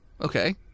Okay